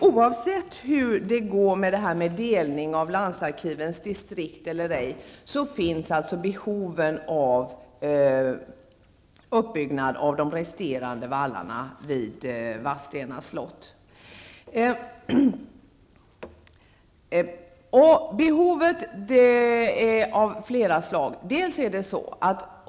Oavsett hur det går med delningen av landsarkivens distrikt, finns behov av uppbyggnad av de resterande vallarna vid Vadstena slott. Behoven är av flera slag.